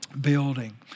Building